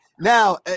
Now